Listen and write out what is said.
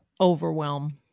overwhelm